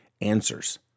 answers